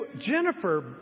Jennifer